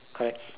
correct